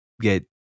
get